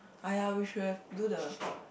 !aiya! we should have do the